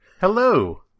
hello